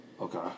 Okay